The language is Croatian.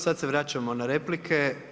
Sada se vraćamo na replike.